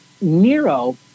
Nero